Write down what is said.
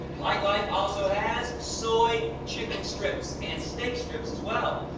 lightlife also has soy chicken strips and steak strips, as well.